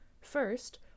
First